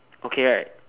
okay right